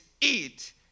eat